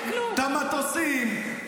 את המטוסים,